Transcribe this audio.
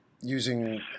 using